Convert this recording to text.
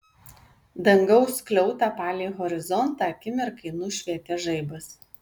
dangaus skliautą palei horizontą akimirkai nušvietė žaibas